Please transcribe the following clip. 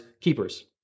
keepers